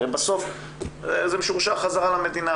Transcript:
הרי בסוף זה משורשר חזרה למדינה,